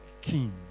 king